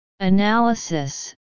analysis